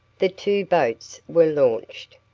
the two boats were launched,